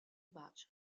bacio